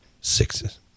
Sixes